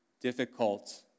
difficult